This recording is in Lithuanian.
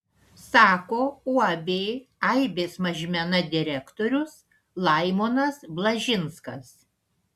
sako uab aibės mažmena direktorius laimonas blažinskas